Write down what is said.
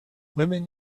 women